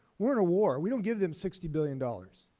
we are in a war. we don't give them sixty billion dollars.